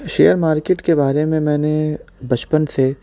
share market کے بارے میں نے بچپن سے